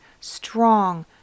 strong